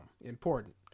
important